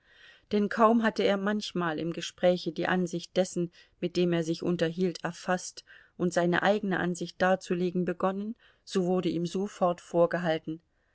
denn kaum hatte er manchmal im gespräche die ansicht dessen mit dem er sich unterhielt erfaßt und seine eigene ansicht darzulegen begonnen so wurde ihm sofort vorgehalten